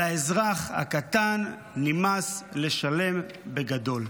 לאזרח הקטן נמאס לשלם בגדול,